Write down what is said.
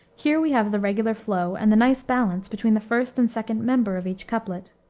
here we have the regular flow, and the nice balance between the first and second member of each couplet,